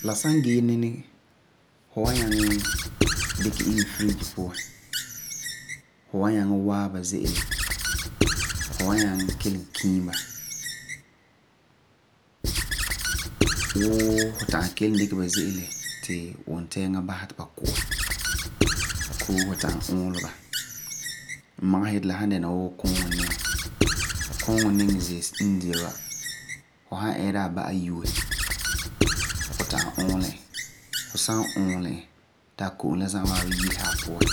La san gee ninɔ, fu wan nyaŋɛ dikɛ iŋɛ fridge puan, fu wan nyaŋɛ waaba ba ze'ele. Fu nyaŋɛ kelum kiim ba. Wuu fu ta'am dikɛ ba ze'ele ti wunteeŋa basɔbasɛ ti ba kue koo fu ta'am uulum ba. N magesɛ yeti, kuuŋɔ niŋɔ n ze wa, fu san eera a yue, fu ta'am uulum e. Fu san uulum e ti a ko’om la za'a yese a puan